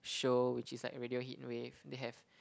show which is like radio heatwave they have